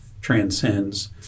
transcends